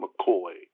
McCoy